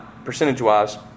Percentage-wise